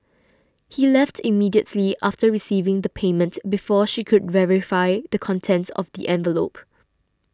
he left immediately after receiving the payment before she could verify the contents of the envelope